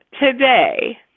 today